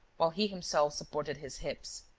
while he himself supported his hips.